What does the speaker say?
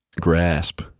grasp